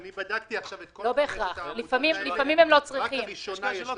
יש להם אישור לעניין סעיף 46?